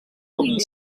hing